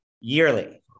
yearly